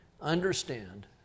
understand